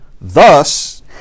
Thus